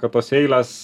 kad tos eilės